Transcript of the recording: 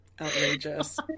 Outrageous